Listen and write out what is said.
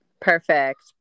Perfect